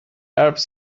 arabs